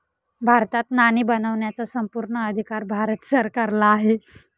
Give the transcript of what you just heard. भारतात नाणी बनवण्याचा संपूर्ण अधिकार भारत सरकारला आहे